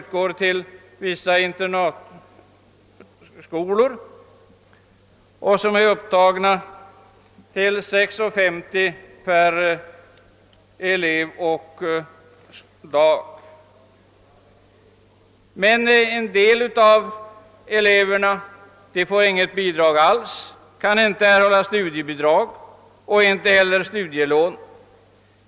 per elev och dag ur anslaget Bidrag till vissa internatskolor m.m. Men en del av eleverna får inget bidrag alls; de kan inte heller erhålla studiebidrag eller studielån.